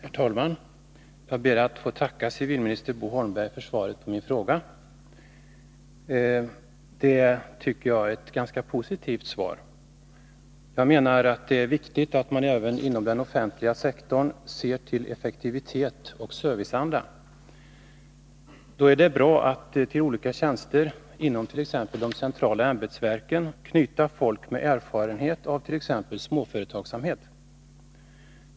Herr talman! Jag ber att få tacka civilminister Bo Holmberg för svaret på min fråga. Jag tycker att det är ett ganska positivt svar. Det är viktigt att man även inom den offentliga sektorn ser till effektivitet och serviceanda. Då är det bra att till olika tjänster inom t.ex. de centrala ämbetsverken knyta folk med erfarenhet av småföretagsamhet.